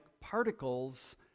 particles